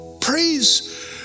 Praise